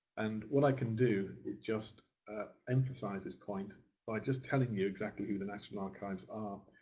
and what i can do is just emphasise this point by just telling you exactly who the national archives are.